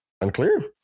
Unclear